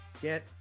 Get